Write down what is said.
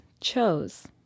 chose